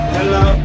Hello